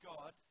God